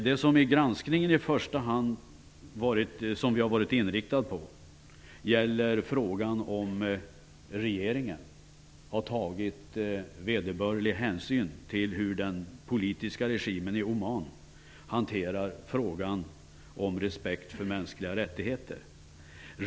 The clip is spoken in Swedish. Det som vi vid granskningen i första hand har varit inriktade på är frågan om regeringen har tagit vederbörlig hänsyn till hur den politiska regimen i Oman hanterar frågan om respekt för mänskliga rättigheter.